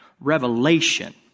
revelation